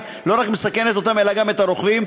לא מסכנת רק אותם אלא גם את הרוכבים,